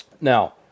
Now